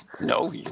No